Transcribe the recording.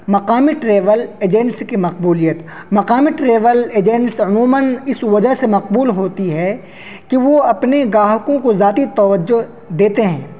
مقامی travel agents کی مقبولیت مقامی ٹریول ایجنٹس عموماً اس وجہ سے مقبول ہوتی ہے کہ وہ اپنے گاہکوں کو ذاتی توجہ دیتے ہیں